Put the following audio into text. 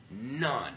None